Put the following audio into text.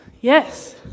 yes